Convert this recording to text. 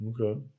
Okay